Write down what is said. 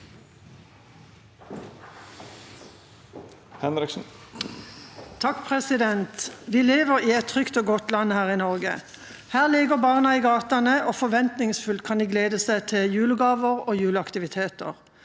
(A) Vi lever i et trygt og godt land her i Norge. Her leker barna i gatene, og forventningsfullt kan de glede seg til julegaver og juleaktiviteter.